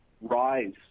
rise